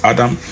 Adam